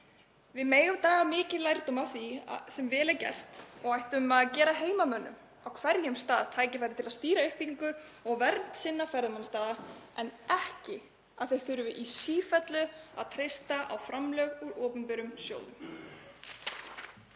Við megum draga mikinn lærdóm af því sem vel er gert og ættum að gefa heimamönnum á hverjum stað tækifæri til að stýra uppbyggingu og vernd sinna ferðamannastaða en ekki að þeir þurfi í sífellu að treysta á framlög úr opinberum sjóðum.